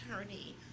attorney